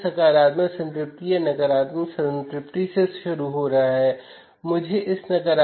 हम यह पहले से ही जानते हैं है ना